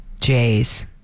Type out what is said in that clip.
Jays